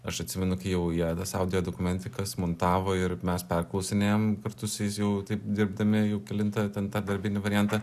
aš atsimenu kai jau jie tas audio dokumentikas montavo ir mes perklausinėjom kartu su jais jau taip dirbdami jau kelintą ten tą darbinį variantą